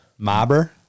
Mobber